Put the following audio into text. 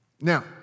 Now